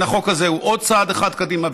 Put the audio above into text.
החוק הזה הוא עוד צעד אחד קדימה,